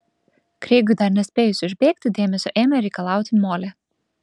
kreigui dar nespėjus išbėgti dėmesio ėmė reikalauti molė